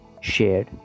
shared